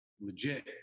legit